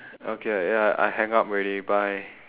okay ya I hang up already bye